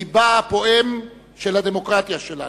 לבה הפועם של הדמוקרטיה שלנו.